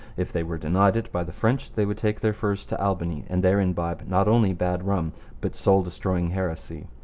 if they were denied it by the french they would take their furs to albany, and there imbibe not only bad rum but soul destroying heresy.